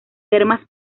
termas